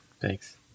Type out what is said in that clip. Thanks